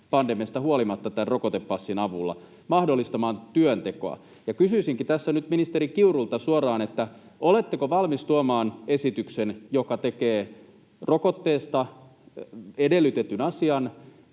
palveluissa käymistä ja mahdollistamaan työntekoa. Kysyisinkin tässä nyt ministeri Kiurulta suoraan: oletteko valmis tuomaan esityksen, joka tekee rokotteesta edellytetyn asian